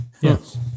Yes